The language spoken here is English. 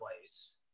place